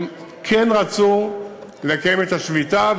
כן רצו לקיים את השביתה.